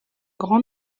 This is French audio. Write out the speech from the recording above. grand